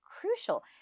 crucial